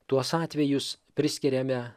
tuos atvejus priskiriame